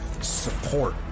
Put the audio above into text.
support